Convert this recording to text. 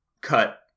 cut